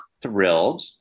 thrilled